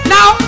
Now